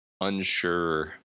unsure